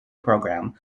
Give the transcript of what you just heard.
program